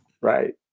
right